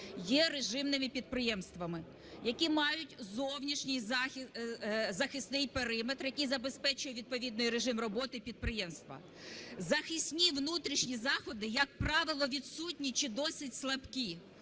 є режимними підприємствами, які мають зовнішній захисний периметр, який забезпечує відповідний режим роботи підприємства. Захисні внутрішні заходи, як правило, відсутні чи досить слабкі.